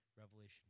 Revelation